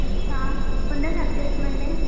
अच्छा कोणत्या सब्जेक्टमध्ये